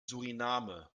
suriname